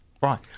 Right